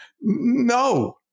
no